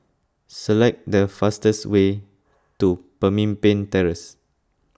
select the fastest way to Pemimpin Terrace